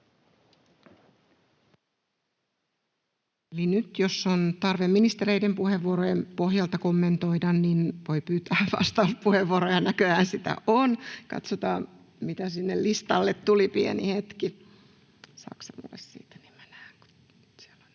Nyt jos on tarve ministereiden puheenvuorojen pohjalta kommentoida, voi pyytää vastauspuheenvuoroja — ja näköjään sitä on. Katsotaan, mitä sinne listalle tuli, pieni hetki. — Istukaa